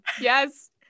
Yes